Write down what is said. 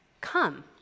Come